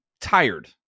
tired